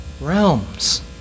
realms